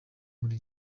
muri